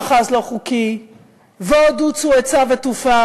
עם עוד התנחלות ועוד מאחז לא חוקי ועוד "עוצו עצה ותופר",